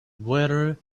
whether